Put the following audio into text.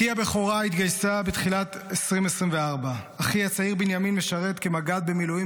בתי הבכורה התגייסה בתחילת 2024. אחי הצעיר בנימין משרת כמג"ד במילואים,